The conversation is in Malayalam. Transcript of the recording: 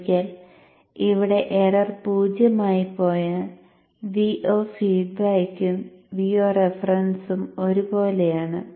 ഒരിക്കൽ ഇവിടെ എറർ പൂജ്യമായി പോയാൽ Vo ഫീഡ്ബാക്കും Vo റഫറൻസും ഒരുപോലെയാണ്